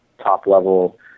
top-level